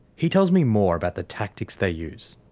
he tells me more about the tactics they use.